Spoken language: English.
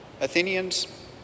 Athenians